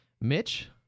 Mitch